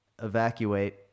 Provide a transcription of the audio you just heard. evacuate